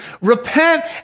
repent